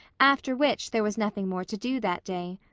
after which there was nothing more to do that day.